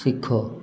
ଶିଖ